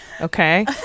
okay